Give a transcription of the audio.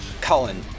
Colin